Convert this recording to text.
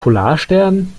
polarstern